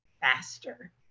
faster